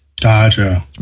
Gotcha